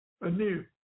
anew